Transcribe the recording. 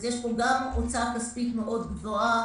אז יש פה גם הוצאה כספית מאוד גבוהה,